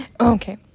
Okay